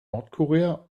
nordkorea